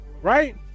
Right